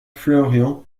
florian